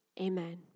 Amen